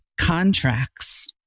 contracts